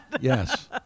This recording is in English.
Yes